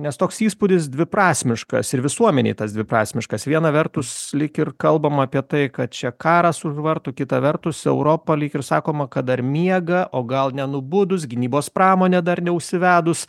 nes toks įspūdis dviprasmiškas ir visuomenėj tas dviprasmiškas viena vertus lyg ir kalbama apie tai kad čia karas už vartų kita vertus europa lyg ir sakoma kad dar miega o gal nenubudus gynybos pramonė dar neužsivedus